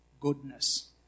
goodness